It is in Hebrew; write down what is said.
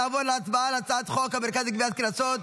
נעבור להצבעה על הצעת חוק המרכז לגביית קנסות,